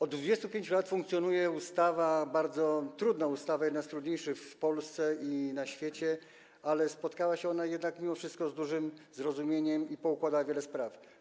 Od 25 lat funkcjonuje ustawa, bardzo trudna ustawa, jedna z trudniejszych w Polsce i na świecie, ale spotkała się ona mimo wszystko z dużym zrozumieniem i poukładała wiele spraw.